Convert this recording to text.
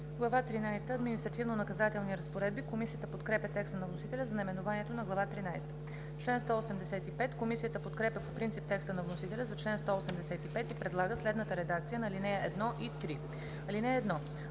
– Административнонаказателни разпоредби“. Комисията подкрепя текста на вносителя за наименованието на Глава тринадесета. Комисията подкрепя по принцип текста на вносителя за чл. 185 и предлага следната редакция на ал. 1 и 3: „(1)